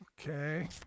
okay